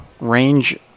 range